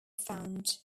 found